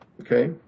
Okay